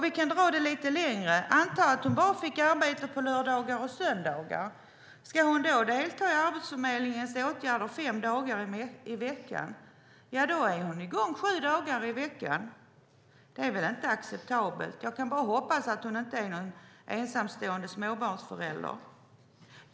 Vi kan dra det lite längre och anta att hon bara får arbete på lördagar och söndagar. Om hon deltar i Arbetsförmedlingens åtgärder fem dagar i veckan är hon i gång sju dagar i veckan. Det är väl inte acceptabelt? Jag kan bara hoppas att hon inte är ensamstående småbarnsförälder.